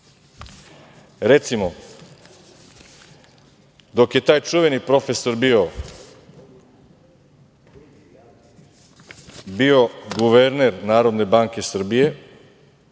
recimo, dok je taj čuveni profesor bio guverner Narodne banke Srbije,